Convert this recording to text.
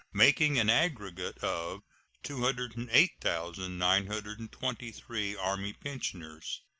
making an aggregate of two hundred and eight thousand nine hundred and twenty three army pensioners.